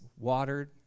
watered